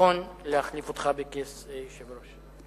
נכון להחליף אותך בכס היושב-ראש.